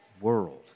world